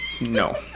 No